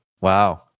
wow